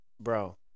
bro